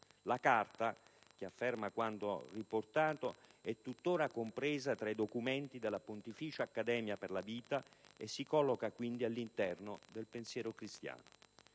La Carta, che afferma quanto riportato, è tuttora compresa tra i documenti della Pontificia Accademia per la vita e si colloca, quindi, all'interno del pensiero cristiano.